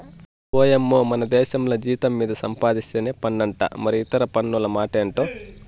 ఓయమ్మో మనదేశంల జీతం మీద సంపాధిస్తేనే పన్నంట మరి ఇతర పన్నుల మాటెంటో